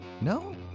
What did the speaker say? no